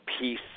peace